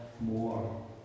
more